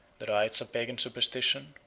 the rites of pagan superstition,